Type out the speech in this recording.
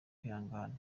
kwihangana